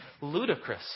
ludicrous